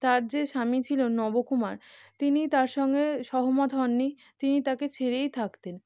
তার যে স্বামী ছিল নবকুমার তিনি তার সঙ্গে সহমত হননি তিনি তাকে ছেড়েই থাকতেন